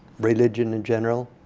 religion in general